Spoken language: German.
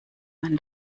man